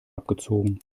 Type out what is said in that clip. abgezogen